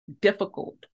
difficult